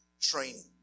training